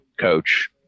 coach